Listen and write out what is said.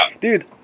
Dude